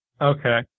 Okay